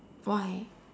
why